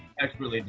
expertly done.